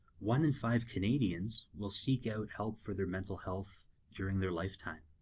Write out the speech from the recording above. one in five canadians will seek out help for their mental health during their lifetime.